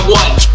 one